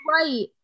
right